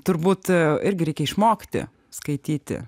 turbūt irgi reikia išmokti skaityti